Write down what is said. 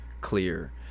clear